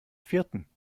vierten